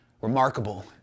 remarkable